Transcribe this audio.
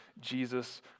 Jesus